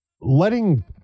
letting